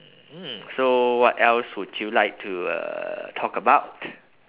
mm so what else would you like to uh talk about